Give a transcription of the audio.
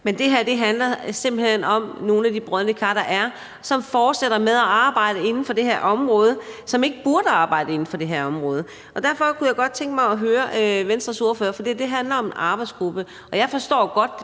Men det her handler simpelt hen om nogle af de brodne kar, der er, som fortsætter med at arbejde inden for det her område, og som ikke burde arbejde inden for det her område. Derfor kunne jeg godt tænke mig at høre Venstres ordfører om noget; det handler om en arbejdsgruppe, og jeg forstår godt